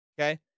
Okay